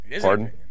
Pardon